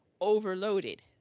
overloaded